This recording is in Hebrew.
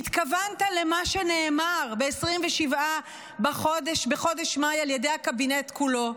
שהתכוונת למה שנאמר ב-27 בחודש מאי על ידי הקבינט כולו,